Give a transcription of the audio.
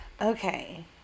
okay